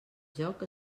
joc